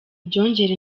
byongera